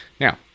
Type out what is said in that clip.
Now